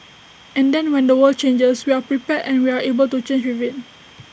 and then when the world changes we are prepared and we are able to change with IT